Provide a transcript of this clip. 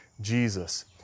Jesus